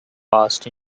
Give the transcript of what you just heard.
passed